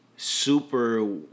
super